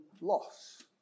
loss